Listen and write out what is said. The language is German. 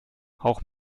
hauch